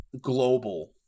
global